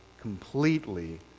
completely